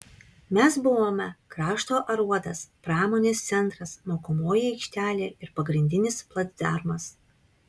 mes buvome krašto aruodas pramonės centras mokomoji aikštelė ir pagrindinis placdarmas